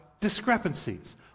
discrepancies